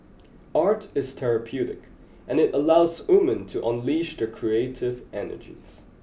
art is therapeutic and it allows women to unleash their creative energies